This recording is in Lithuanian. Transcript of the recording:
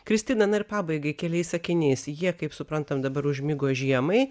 kristina na ir pabaigai keliais sakiniais jie kaip suprantam dabar užmigo žiemai